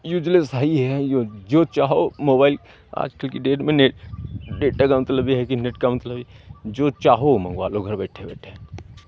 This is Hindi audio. यूज़लेस है ही है ये जो चाहो मोबाइल आज कल की डेट में ने डेटा का मतलब ये है नेट का मतलब जो चाहो वो मंगवा लो घर बैठे बैठे